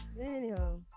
anyhow